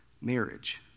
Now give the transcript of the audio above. marriage